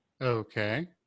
Okay